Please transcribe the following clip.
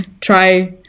try